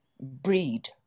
breed